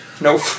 Nope